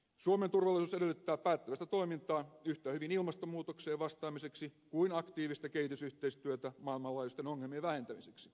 suomen turvallisuus edellyttää päättäväistä toimintaa yhtä hyvin ilmastonmuutokseen vastaamiseksi kuin aktiivista kehitysyhteistyötä maailmanlaajuisten ongelmien vähentämiseksi